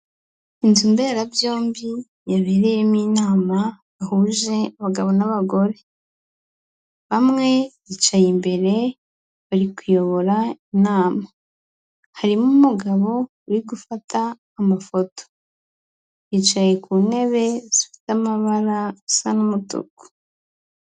Inzu mberabyombi yabereyemo inama yahuje abagabo n'abagore, bamwe bicaye imbere bari kuyobora inama, harimo umugabo uri gufata amafoto, yicaye ku ntebe zifite amabara asa n'umutuku.